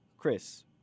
Chris